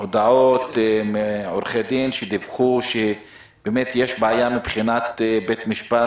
הודעות מעורכי דין שדיווחו שיש בעיה מבחינת בית המשפט